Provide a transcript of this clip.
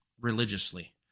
religiously